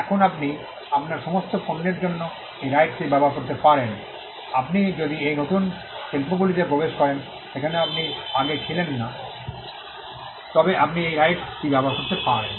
এখন আপনি আপনার সমস্ত পণ্যের জন্য এই রাইটস টি ব্যবহার করতে পারেন আপনি যদি এই নতুন শিল্পগুলিতে প্রবেশ করেন যেখানে আপনি আগে ছিলেন না তবে আপনি এই রাইটস টি ব্যবহার করতে পারেন